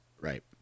Right